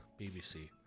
BBC